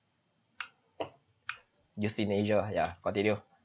euthanasia ya continue